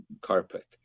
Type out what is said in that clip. carpet